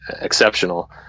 exceptional